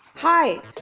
Hi